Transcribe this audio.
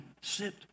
sit